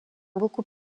beaucoup